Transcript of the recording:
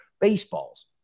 baseballs